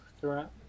throughout